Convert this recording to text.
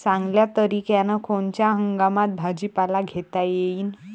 चांगल्या तरीक्यानं कोनच्या हंगामात भाजीपाला घेता येईन?